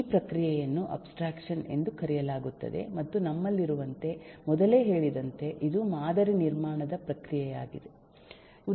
ಈ ಪ್ರಕ್ರಿಯೆಯನ್ನು ಅಬ್ಸ್ಟ್ರಾಕ್ಷನ್ ಎಂದು ಕರೆಯಲಾಗುತ್ತದೆ ಮತ್ತು ನಮ್ಮಲ್ಲಿರುವಂತೆ ಮೊದಲೇ ಹೇಳಿದಂತೆ ಇದು ಮಾದರಿ ನಿರ್ಮಾಣದ ಪ್ರಕ್ರಿಯೆಯಾಗಿದೆ